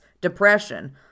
depression